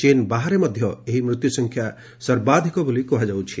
ଚୀନ ବାହାରେ ଏହି ମୃତ୍ୟୁସଂଖ୍ୟା ସର୍ବାଧିକ ବୋଲି କୁହାଯାଉଛି